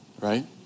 right